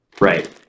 right